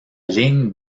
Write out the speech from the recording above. ligne